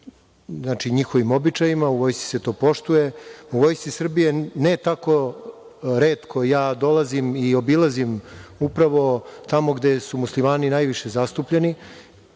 po njihovim običajima, u vojsci se to poštuje.U Vojsci Srbije ne tako retko, ja dolazim i obilazim upravo tamo gde su muslimani najviše zastupljeni,